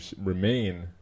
remain